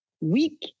weak